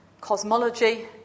Cosmology